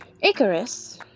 Icarus